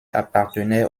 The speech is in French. appartenait